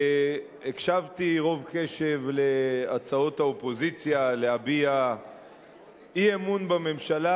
הקשבתי רוב קשב להצעות האופוזיציה להביע אי-אמון בממשלה,